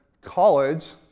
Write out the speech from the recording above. college